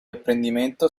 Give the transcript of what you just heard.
apprendimento